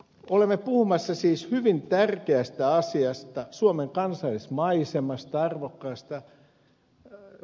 olemme puhumassa siis hyvin tärkeästä asiasta suomen kansallismaisemasta arvokkaasta kohteesta